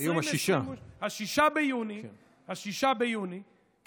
היום 6. 6 ביוני 2022,